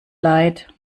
leid